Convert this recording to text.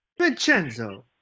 Vincenzo